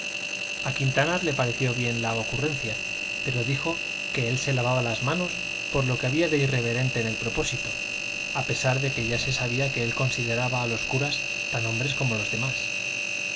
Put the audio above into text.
a quintanar le pareció bien la ocurrencia pero dijo que él se lavaba las manos por lo que había de irreverente en el propósito a pesar de que ya se sabía que él consideraba a los curas tan hombres como los demás